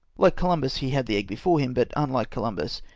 like columbus, he had the egg before him, but, unlike columbus,